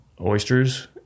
oysters